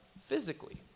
physically